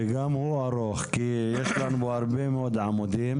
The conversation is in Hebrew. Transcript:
וגם הוא ארוך, כי יש לנו הרבה מאוד עמודים.